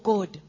God